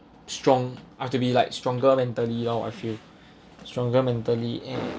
strong have to be like stronger mentally lor I feel stronger mentally and